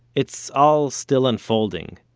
it's all still unfolding.